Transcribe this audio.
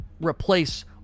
replace